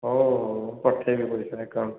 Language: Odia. ହଉ ହଉ ପଠେଇବି ପଇସା ଆକାଉଣ୍ଟ୍କୁ